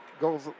goes